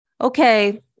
okay